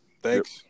thanks